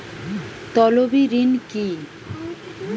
তলবি ঋণ কি?